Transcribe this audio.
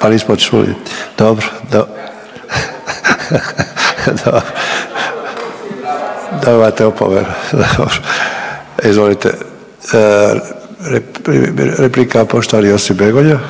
pa nismo čuli. Dobro, do…, dobro, dobivate opomenu, dobro. Izvolite replika poštovani Josip Begonja.